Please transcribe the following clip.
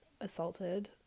assaulted